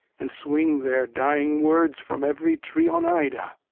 and swing their dying words from every tree on ida!